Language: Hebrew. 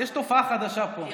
יש תופעה חדשה פה.